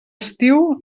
estiu